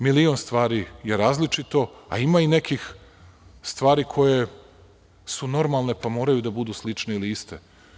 Milion stvari je različito, a ima i nekih stvari koje su normalne, pa moraju da budu slične ili iste.